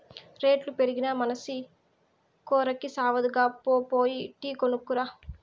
రేట్లు పెరిగినా మనసి కోరికి సావదుగా, పో పోయి టీ కొనుక్కు రా